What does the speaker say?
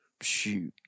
shoot